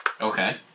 Okay